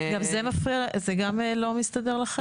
זה גם לא מסתדר לכם?